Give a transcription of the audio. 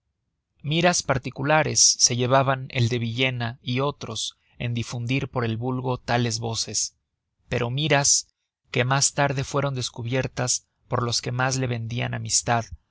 miras particulares se llevaban el de villena y otros en difundir por el vulgo tales voces pero miras que mas tarde fueron descubiertas por los que mas le vendian amistad